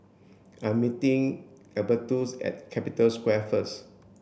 I'm meeting Albertus at Capital Square first